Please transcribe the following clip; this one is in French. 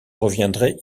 reviendrai